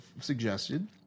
suggested